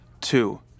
Two